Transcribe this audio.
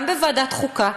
גם בוועדת חוקה,